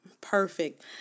perfect